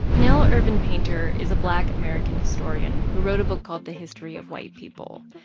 nell irvin painter is a black american historian who wrote a book called the history of white people.